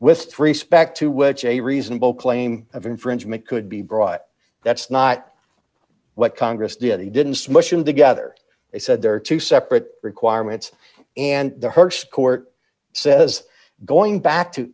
with respect to which a reasonable claim of infringement could be brought that's not what congress did they didn't smushing together they said there are two separate requirements and the harsh court says going back to